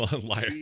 liar